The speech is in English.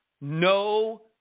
no